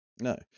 no